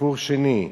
סיפור שני,